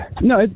No